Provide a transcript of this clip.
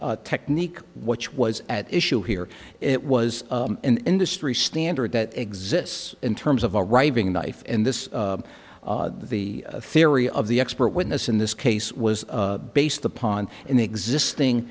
technique which was at issue here it was an industry standard that exists in terms of a riving knife in this the theory of the expert witness in this case was based upon an existing